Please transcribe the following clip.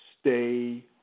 stay